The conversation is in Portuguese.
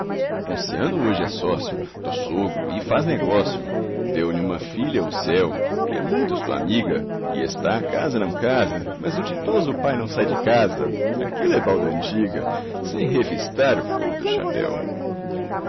ponciano hoje é sócio do sogro e faz negócio deu-lhe uma filha o céu que é muito sua amiga e está casa não casa mas o ditoso pai não sai de casa aquilo é balda antiga sem revistar o forro do chapéu